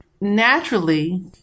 naturally